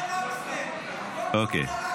אוקיי.